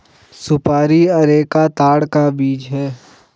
सुपारी अरेका ताड़ का बीज है